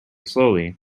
slowly